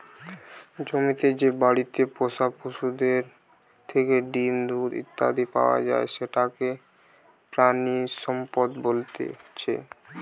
জমিতে যে বাড়িতে পোষা পশুদের থেকে ডিম, দুধ ইত্যাদি পাওয়া যায় সেটাকে প্রাণিসম্পদ বলতেছে